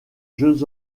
jeux